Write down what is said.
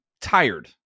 tired